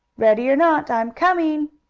ready or not, i'm coming!